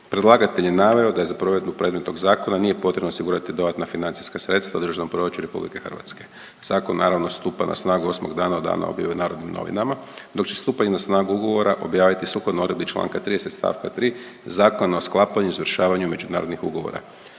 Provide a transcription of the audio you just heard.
Predlagatelj je naveo da je za provedbu predmetnog zakona nije potrebno osigurati dodatna financijska sredstva u Državnom proračunu RH. Zakon naravno stupa na snagu 8 dana od dana objave u Narodnim Novinama, dok će stupanje na snagu ugovora objaviti sukladno odredbi čl. 30. st. 3. Zakona o sklapanju i izvršavanju međunarodnih ugovora.